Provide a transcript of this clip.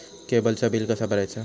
केबलचा बिल कसा भरायचा?